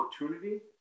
opportunity